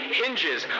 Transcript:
hinges